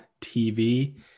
TV